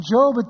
Job